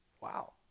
Wow